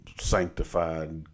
sanctified